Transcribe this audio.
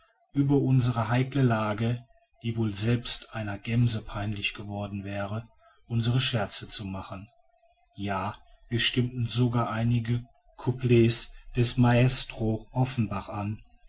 über unsere heikle lage die wohl selbst einer gemse peinlich geworden wäre unsere scherze zu machen ja wir stimmten sogar einige couplets des mastro offenbach an